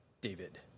David